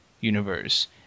Universe